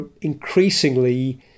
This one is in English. increasingly